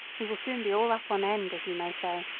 he will soon be all up on end, as you may say,